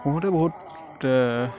বহুতে বহুত